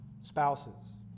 spouses